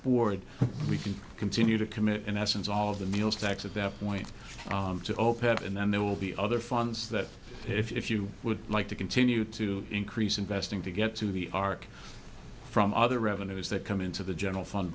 board we can continue to commit in essence all of the meals tax at that point to open up and then there will be other funds that if you would like to continue to increase investing to get to the arc from other revenues that come into the general fund